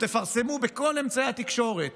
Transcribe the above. תפרסמו בכל אמצעי התקשורת